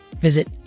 visit